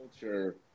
culture